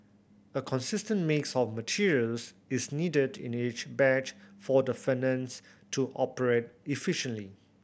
a consistent mix of materials is needed in each batch for the furnace to operate efficiently